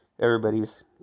everybody's